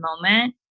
moment